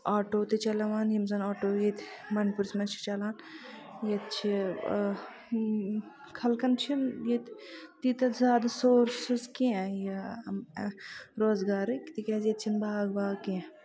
auto تہِ چَلاوان یِم زَن آٹو ییٚتہِ بَنڈپوٗرِس منٛز چھِ چَلان ییٚتہِ چھِ خَلکن چھِ ییٚتہِ تِتٮ۪ہہ سورسٔز کیٚنہہ یہِ روزگارٕکۍ تِکیازِ ییٚتہِ چھِنہٕ باغ واغ کیٚنہہ